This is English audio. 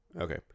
Okay